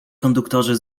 konduktorzy